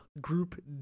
group